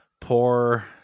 poor